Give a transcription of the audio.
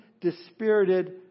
dispirited